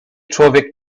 człowiek